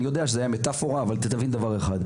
אני יודע שזה היה מטאפורה אבל אתה צריך להבין דבר אחד.